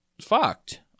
fucked